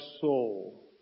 soul